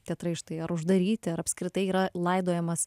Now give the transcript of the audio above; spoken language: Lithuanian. teatrai štai ar uždaryti ar apskritai yra laidojamas